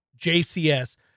JCS